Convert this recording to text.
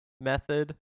method